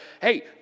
hey